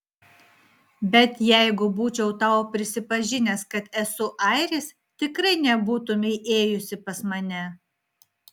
bet jeigu būčiau tau prisipažinęs kad esu airis tikrai nebūtumei ėjusi pas mane